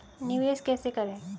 निवेश कैसे करें?